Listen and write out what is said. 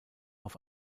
auf